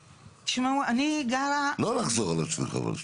שמעו, אני גרה --- לא לחזור על עצמך, סטלה.